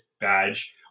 badge